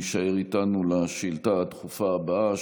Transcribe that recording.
הישאר איתנו לשאילתה הדחופה הבאה,